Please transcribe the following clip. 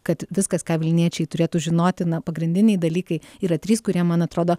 kad viskas ką vilniečiai turėtų žinoti na pagrindiniai dalykai yra trys kurie man atrodo